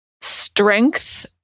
Strength